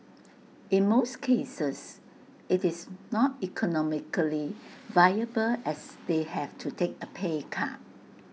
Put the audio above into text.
in most cases IT is not economically viable as they have to take A pay cut